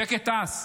שקט הס.